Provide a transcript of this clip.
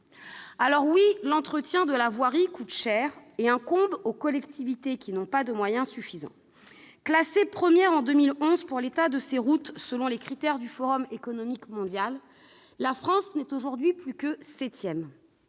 L'entretien de la voirie coûte cher et incombe aux collectivités, qui n'ont pas de moyens suffisants. Classée première en 2011 pour l'état de ses routes, selon les critères du Forum économique mondial, la France n'est aujourd'hui plus que septième.